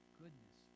goodness